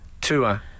tour